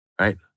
right